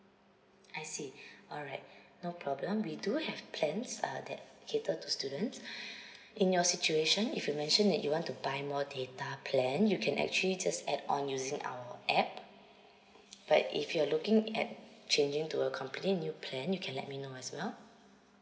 I see alright no problem we do have plans uh that cater to students in your situation if you mention that you want to buy more data plan you can actually just add on using our app but if you're looking at changing to a completely new plan you can let me know as well